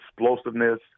explosiveness